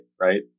right